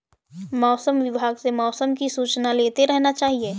मौसम विभाग से मौसम की सूचना लेते रहना चाहिये?